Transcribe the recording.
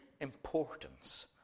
importance